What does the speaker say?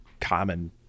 common